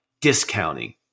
discounting